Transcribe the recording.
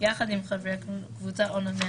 בטח בממשלה